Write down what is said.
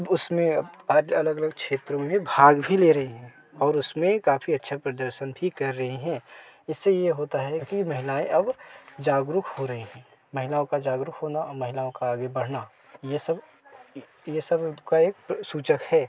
उसमें अब आज अलग अलग क्षेत्रों में भी भाग भी ले रही हैं और उसमें काफ़ी अच्छा प्रदर्शन भी कर रही हैं इससे ये होता है कि महिलाएँ अब जागरूक हो रही हैं महिलाओं का जागरूक होना महिलाओं का आगे बढ़ना ये सब ये सब उसका एक सूचक है